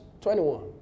21